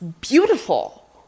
beautiful